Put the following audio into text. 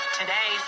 today